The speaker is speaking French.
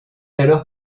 alors